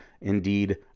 indeed